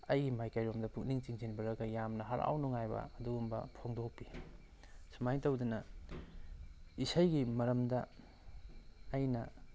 ꯑꯩꯒꯤ ꯃꯥꯏꯀꯩꯔꯣꯝꯗ ꯄꯨꯛꯅꯤꯡ ꯆꯤꯡꯁꯤꯟꯕꯤꯔꯒ ꯌꯥꯝꯅ ꯍꯔꯥꯎ ꯅꯨꯡꯉꯥꯏꯕ ꯑꯗꯨꯒꯨꯝꯕ ꯐꯣꯡꯗꯣꯛꯄꯤ ꯁꯨꯃꯥꯏꯅ ꯇꯧꯗꯅ ꯏꯁꯩꯒꯤ ꯃꯔꯝꯗ ꯑꯩꯅ